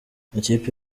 ikipe